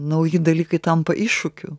nauji dalykai tampa iššūkiu